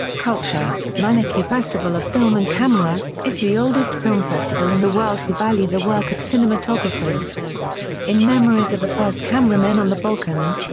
culture manaki festival of film and camera is the oldest film festival in the world who value the work of cinematographers in memories of the first cameramen on the balkans,